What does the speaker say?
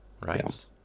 right